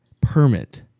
permit